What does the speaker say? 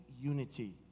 unity